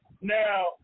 now